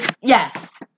Yes